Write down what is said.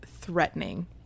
threatening